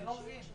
אני לא מבין.